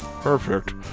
Perfect